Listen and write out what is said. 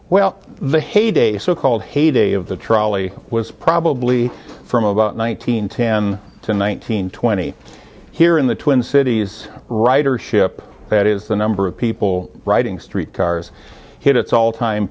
well the heyday so called heyday of the trolley was probably from about one thousand tim to nineteen twenty here in the twin cities ridership that is the number of people riding street cars hit its all time